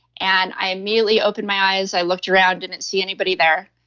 and i immediately opened my eyes, i looked around, didn't see anybody there.